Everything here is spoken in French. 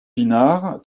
pinard